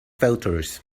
voters